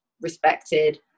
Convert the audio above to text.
respected